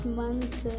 months